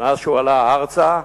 מאז עלה ארצה,